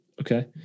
Okay